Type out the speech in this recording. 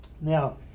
Now